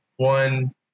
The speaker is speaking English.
One